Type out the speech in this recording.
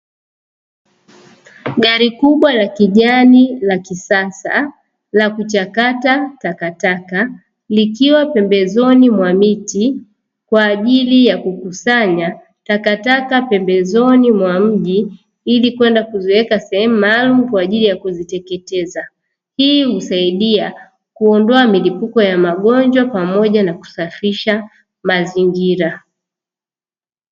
Gari kubwa la kijani la kisasa la kuchakata takataka likiwa pembezoni mwa miti kwa ajili ya kukusanya takataka pembezoni mwa mji, ili kwenda kuziweka sehemu maalumu kwa ajili ya kuziteketeza. Hii husaidia kuondoa milipuko ya magonjwa pamoja na kusafisha mazingira.